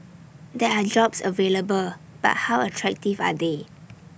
there are jobs available but how attractive are they